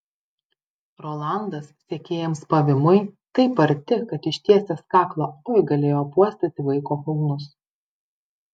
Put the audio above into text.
rolandas sekėjams pavymui taip arti kad ištiesęs kaklą oi galėjo apuostyti vaiko kulnus